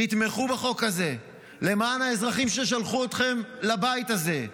תתמכו בחוק הזה למען האזרחים ששלחו אתכם לבית הזה,